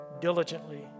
diligently